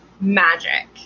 magic